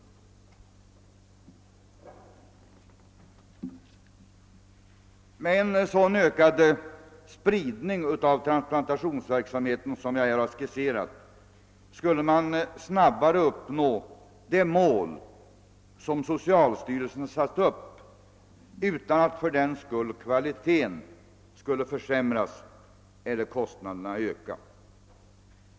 Med .en sådan ökad spridning av. transplantationsverksamheten som jag här har skisserat skulle man snabbare nå det mål som socialstyrelsen har satt upp utan att fördenskull kvaliteten försämras eller kostnaderna ökar.